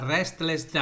Restless